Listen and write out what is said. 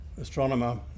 astronomer